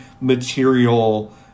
material